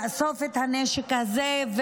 לאסוף את הנשק הזה,